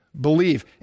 believe